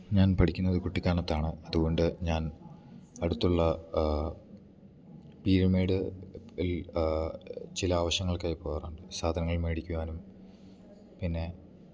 ഞാൻ പഠിക്കുന്നത് കുട്ടിക്കാനത്താണ് അതുകൊണ്ട് ഞാൻ അടുത്തുള്ള പീരിമേഡില് ചില ആവശ്യങ്ങൾക്കായി പോവാറുണ്ട് സാധനങ്ങൾ മേടിക്കുവാനും പിന്നെ